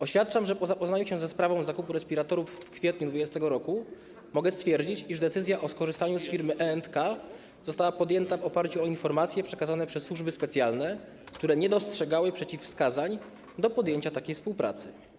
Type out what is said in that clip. Oświadczam, że po zapoznaniu się ze sprawą zakupu respiratorów w kwietniu 2020 r. mogę stwierdzić, iż decyzja o skorzystaniu z firmy E&K została podjęta w oparciu o informacje przekazane przez służby specjalne, które nie dostrzegały przeciwwskazań do podjęcia takiej współpracy.